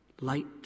light